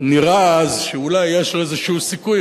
נראה שאולי יש לו איזה סיכוי,